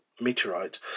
meteorite